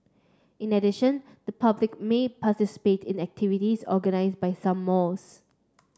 in addition the public may participate in activities organize by some malls